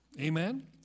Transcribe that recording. Amen